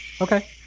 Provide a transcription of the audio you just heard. okay